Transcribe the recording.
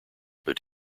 but